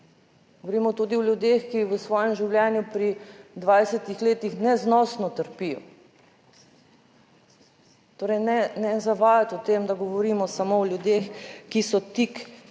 govorimo tudi o ljudeh, ki v svojem življenju pri 20 letih neznosno trpijo. Torej, ne zavajati o tem, da govorimo samo o ljudeh, ki so tik